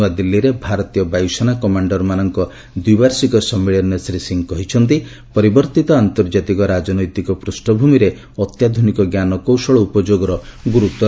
ନୂଆଦିଲ୍ଲୀରେ ଭାରତୀୟ ବାୟୁସେନା କମାଣ୍ଡରମାନଙ୍କର ଦ୍ୱିବାର୍ଷିକ ସମ୍ମିଳନୀରେ ଶ୍ରୀ ସିଂହ କହିଛନ୍ତି ପରିବର୍ତ୍ତ ଆନ୍ତର୍ଜାତିକ ରାଜନୈତିକ ପୃଷଭୂମିରେ ଅତ୍ୟାଧୁନିକ ଜ୍ଞାନକୌଶଳର ଉପଯୋଗର ଗୁରୁତ୍ୱ ରହିଛି